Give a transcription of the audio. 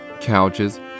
couches